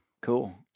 Cool